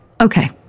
Okay